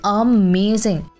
amazing